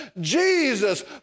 Jesus